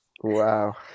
Wow